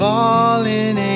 Falling